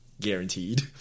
guaranteed